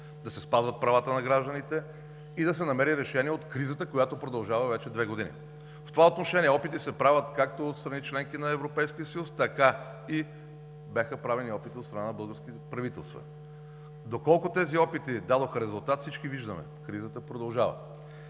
да се спазват правата на гражданите и да се намери решение от кризата, която продължава вече две години. В това отношение опити се правят както от страни – членки на Европейския съюз, така бяха правени и опити от страна на българското правителство. Доколко тези опити дадоха резултат, всички виждаме – кризата продължава.